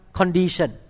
condition